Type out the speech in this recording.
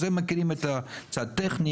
אז הם מכירים את הצד הטכני,